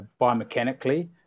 biomechanically